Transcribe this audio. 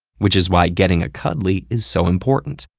which is why getting a cuddly is so important.